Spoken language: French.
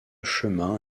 chemin